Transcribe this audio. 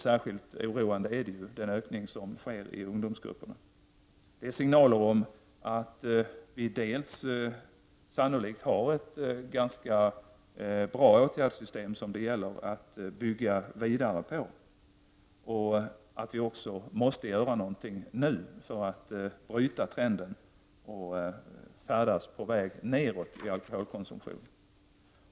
Särskilt oroande är den ökning som sker i ungdomsgrupperna. Det är signaler om att vi i Sverige sannolikt har ett ganska bra åtgärdssystem som det gäller att bygga vidare på och att vi också måste göra något åt det nu för att bryta trenden och färdas på vägen ner när det gäller alkoholkonsumtionen.